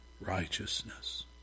righteousness